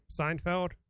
Seinfeld